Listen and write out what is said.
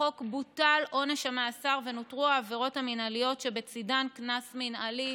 בחוק בוטל עונש המאסר ונותרו העבירות המינהליות שבצידן קנס מינהלי.